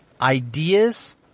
ideas